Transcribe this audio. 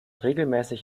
regelmäßig